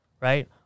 right